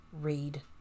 read